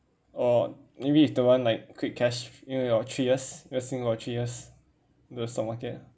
or maybe if they want like quick cash you know your three years investing for three years the stock market